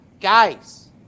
guys